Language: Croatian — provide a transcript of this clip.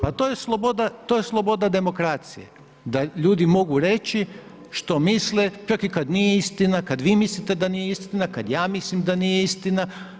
Pa to je sloboda demokracije da ljudi mogu reći što misle kad i nije istina, kad vi mislite da nije istina, kad ja mislim da nije istina.